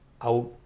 out